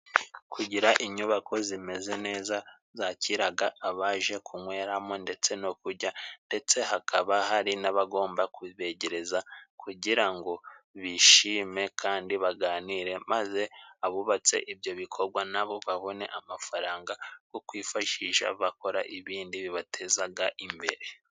Kugira inyubako zimeze neza zakiraga abaje kunyweramo ndetse no kujya, ndetse hakaba hari n'abagomba kubibegereza kugira ngo bishime kandi baganire, maze abubatse ibyo bikogwa nabo babone amafaranga go kwifashisha bakora ibindi bibatezaga imbere.